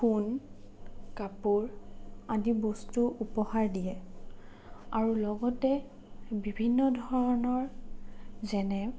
সোণ কাপোৰ আদি বস্তু উপহাৰ দিয়ে আৰু লগতে বিভিন্ন ধৰণৰ যেনে